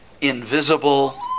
invisible